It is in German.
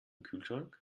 kühlschrank